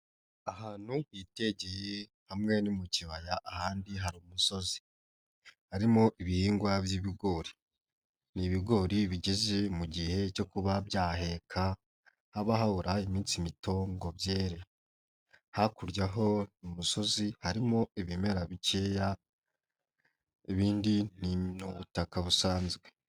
Ahantu hitegeye hamwe no mu kibaya, ahandi hari umusozi. Harimo ibihingwa by'ibigori ni ibigori bigeze mu gihe cyo kuba byaheka, haba habura iminsi mito ngo byere. Hakurya ho mu misozi harimo ibimera bikeya ibindi ni ubutaka busanzwe.